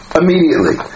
immediately